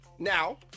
Now